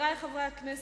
חברי חברי הכנסת,